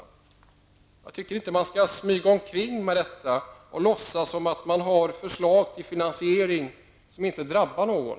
Jag tycker inte att man skall smyga med detta och låtsas som att man har förslag till finansiering som inte drabbar någon.